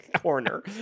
corner